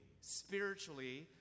Spiritually